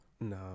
No